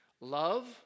Love